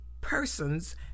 persons